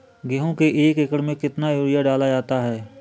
गेहूँ के एक एकड़ में कितना यूरिया डाला जाता है?